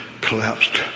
collapsed